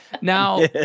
Now